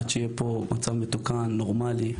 עד שיהיה פה מצב מתוקן ונורמלי.